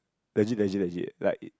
legit legit legit like